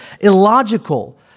illogical